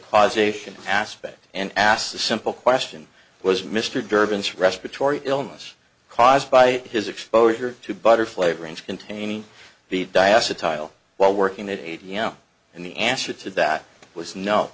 causation aspect and asked the simple question was mr durbin's respiratory illness caused by his exposure to butter flavorings containing the diaster tile while working at a d m and the answer to that was no